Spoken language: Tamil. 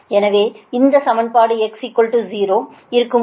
எனவே இந்த சமன்பாடு x 0 இருக்கும்போது